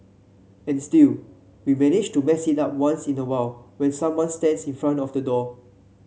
and still we manage to mess it up once in a while when someone stands in front of the door